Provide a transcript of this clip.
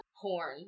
porn